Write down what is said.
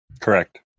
Correct